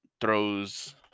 throws